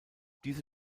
diese